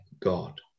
God